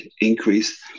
increase